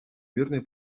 мирный